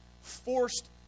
forced